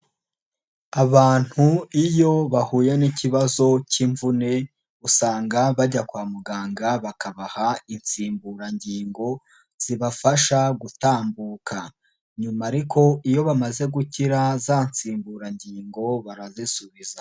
Abantu iyo bahuye n'ikibazo cy'imvune, usanga bajya kwa muganga bakabaha insimburangingo, zibafasha gutambuka, nyuma ariko iyo bamaze gukira za nsimburangingo barazisubiza.